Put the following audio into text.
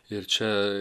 ir čia